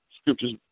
scriptures